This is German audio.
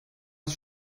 das